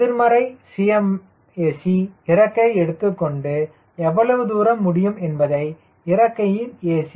எனவே எதிர்மறை 𝐶mac இறக்கையை எடுத்துக்கொண்டு எவ்வளவு தூரம் முடியும் என்பதை இறக்கையின் a